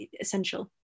essential